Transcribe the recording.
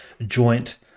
joint